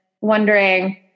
wondering